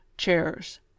chairs